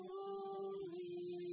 Holy